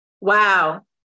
Wow